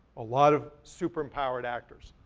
a lot of super empowered actors.